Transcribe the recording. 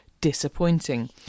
disappointing